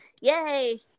Yay